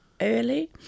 Early